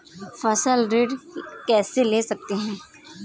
फसल ऋण कैसे ले सकते हैं?